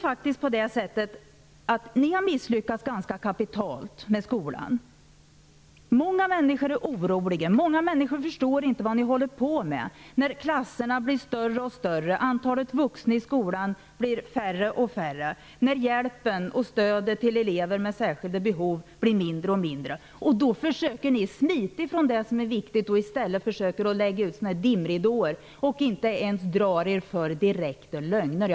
Ni har misslyckats ganska kapitalt med skolan. Många människor är oroliga. Många människor förstår inte vad det är ni håller på med när klasserna blir större och större, antalet vuxna i skolan blir färre och färre, hjälpen och stödet till elever med särskilda behov blir mindre och mindre. Ni försöker att smita från det som är viktigt genom att lägga ut dimridåer. Ni drar er inte ens för direkta lögner.